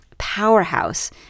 powerhouse